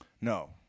No